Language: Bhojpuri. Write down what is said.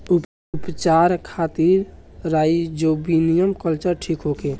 उपचार खातिर राइजोबियम कल्चर ठीक होखे?